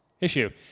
issue